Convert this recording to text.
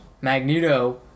Magneto